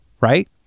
Right